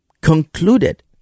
concluded